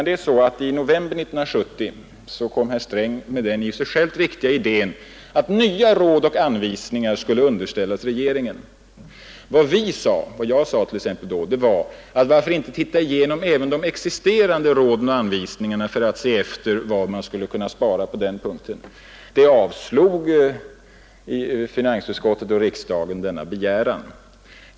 I november 1970 kom herr Sträng med den i och för sig riktiga idén, att nya råd och anvisningar skulle underställas regeringen. Vad vi då föreslog — vad jag sade t.ex. — var: Varför inte titta igenom de redan existerande råden och anvisningarna för att se efter vad man skulle kunna spara på den punkten? Denna begäran avstyrkte emellertid finansutskottet, och riksdagen avslog den.